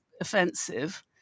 offensive